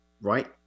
right